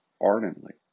ardently